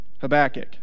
Habakkuk